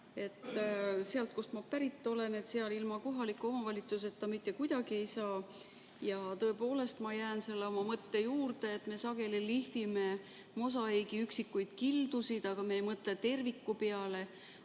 et seal, kust ma pärit olen, ilma kohaliku omavalitsuseta mitte kuidagi ei saa. Ma jään selle mõtte juurde, et me sageli lihvime mosaiigi üksikuid kildusid, aga me ei mõtle terviku peale.